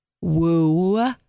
woo